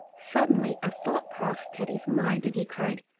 suddenly a thought crossed teddy's mind, and he cried,